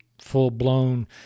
full-blown